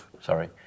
Sorry